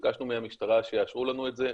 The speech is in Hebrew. ביקשנו מהמשטרה שיאשרו לנו את זה,